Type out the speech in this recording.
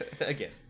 Again